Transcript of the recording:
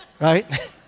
Right